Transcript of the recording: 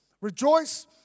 Rejoice